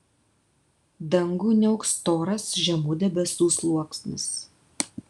dangų niauks storas žemų debesų sluoksnis